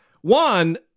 one